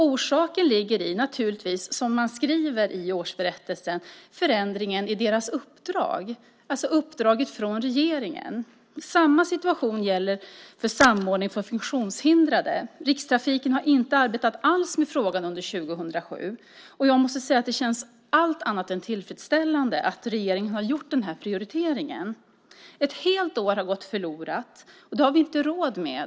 Orsaken ligger naturligtvis, som man skriver i årsberättelsen, i förändringen i uppdraget från regeringen. Samma situation gäller för en samordning för funktionshindrade. Rikstrafiken har inte alls arbetat med frågan under 2007. Jag måste säga att det känns allt annat än tillfredsställande att regeringen har gjort den här prioriteringen. Ett helt år har gått förlorat. Det har vi inte råd med.